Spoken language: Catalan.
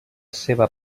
seva